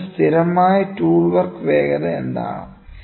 അതിനാൽ സ്ഥിരമായ tool work വേഗത എന്താണ്